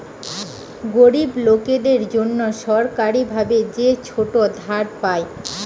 গরিব লোকদের জন্যে সরকারি ভাবে যে ছোট ধার পায়